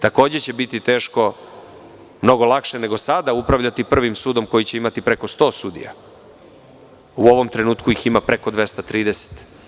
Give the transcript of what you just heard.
Takođe će biti teško, mnogo lakše nego sada upravljati Prvim sudom koji će imati preko 100 sudija, u ovom trenutku ih ima preko 230.